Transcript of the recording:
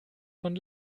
von